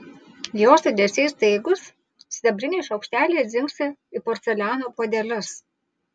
jos judesiai staigūs sidabriniai šaukšteliai dzingsi į porceliano puodelius